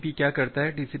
तो टीसीपी क्या करता है